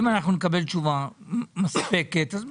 אם נקבל תשובה מספקת אז בסדר.